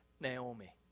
Naomi